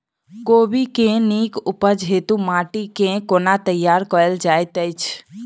कोबी केँ नीक उपज हेतु माटि केँ कोना तैयार कएल जाइत अछि?